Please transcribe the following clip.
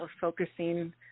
focusing